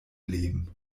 leben